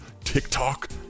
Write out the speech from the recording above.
TikTok